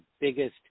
biggest